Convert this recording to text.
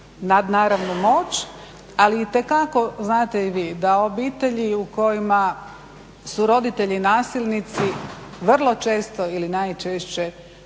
nadnaravnu moć, ali itekako znate i vi da obitelji u kojima su roditelji nasilnici vrlo često ili najčešće